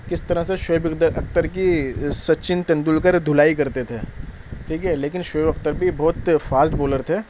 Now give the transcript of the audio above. کس طرح سے شعیب اختر کی سچن تیندولکر دھلائی کرتے تھے ٹھیک ہے لیکن شعیب اختر بھی بہت فاسٹ بالر تھے